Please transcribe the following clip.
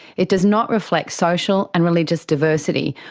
it does not reflect social and religious diversity,